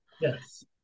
yes